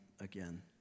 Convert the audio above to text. again